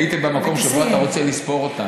הייתי במקום שבו אתה רוצה לספור אותם,